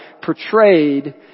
portrayed